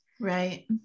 Right